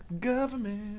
government